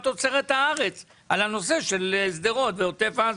תוצרת הארץ על הנושא של שדרות ועוטף עזה.